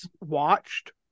watched